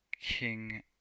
King